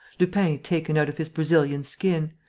lupin taken out of his brazilian skin,